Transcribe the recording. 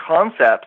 concepts